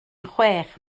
chwech